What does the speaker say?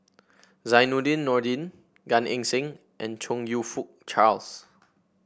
Zainudin Nordin Gan Eng Seng and Chong You Fook Charles